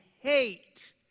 hate